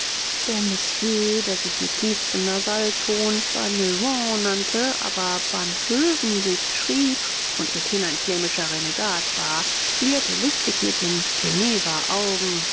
der monsieur der sich mit tiefstem nasallaut baneuvang nannte aber banhöven sich schrieb und mithin ein flämischer renegat war plierte listig mit den